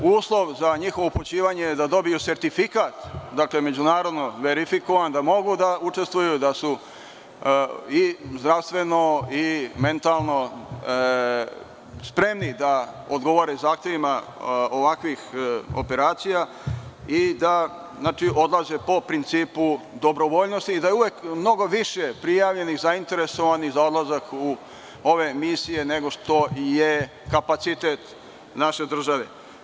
Uslov za njihovo upućivanje je da dobiju sertifikat, međunarodno verifikovan, da mogu da učestvuju, da su i zdravstveno i mentalno spremni da odgovore zahtevima ovakvih operacija i da odlaze po principu dobrovoljnosti i da je uvek mnogo više prijavljenih, zainteresovanih za odlazak u ove misije nego što je kapacitet naše države.